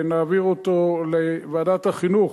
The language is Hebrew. ונעביר אותו לוועדת החינוך